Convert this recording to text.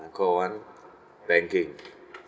call one banking